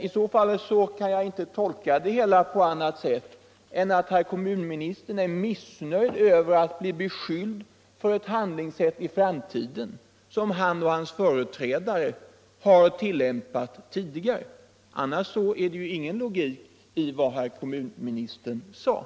Jag kan inte tolka det på annat sätt än att kommunministern är missnöjd över att bli beskylld för ett handlingssätt i framtiden, som han och hans företrädare har tillämpat tidigare. Annars är det ju ingen logik i vad herr kommunministern sade.